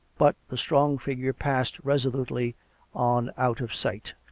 but the strong figure passed resolutely on out of sight.